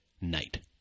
night